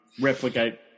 replicate